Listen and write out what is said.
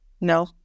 No